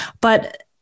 But-